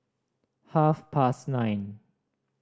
half past nine